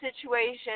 situation